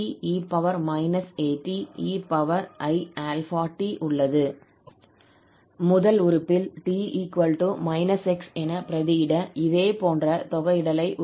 முதல் உறுப்பில் 𝑡 −𝑥 என பிரதியிட இதேபோன்ற தொகையிடலை உருவாக்கலாம்